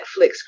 Netflix